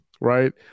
right